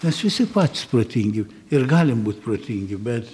mes visi patys protingi ir galim būt protingi bet